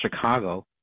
Chicago